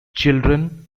children